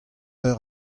eur